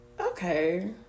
Okay